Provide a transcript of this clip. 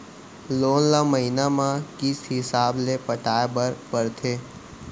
loan ल महिना म किस्त हिसाब ले पटाए बर परथे